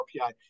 RPI